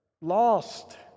lost